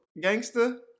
gangster